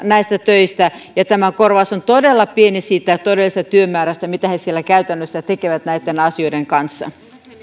näistä töistä ja tämä korvaus on todella pieni siitä todellisesta työmäärästä mitä he siellä käytännössä tekevät näitten asioiden kanssa